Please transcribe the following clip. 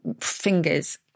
fingers